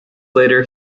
later